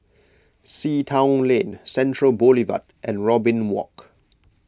Sea Town Lane Central Boulevard and Robin Walk